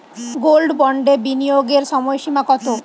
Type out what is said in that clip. Gold বন্ডে বিনিয়োগের সময়সীমা কতো?